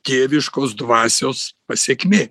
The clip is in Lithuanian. dieviškos dvasios pasekmė